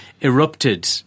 erupted